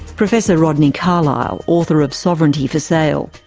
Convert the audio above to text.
professor rodney carlisle, author of sovereignty for sale.